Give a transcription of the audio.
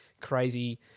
crazy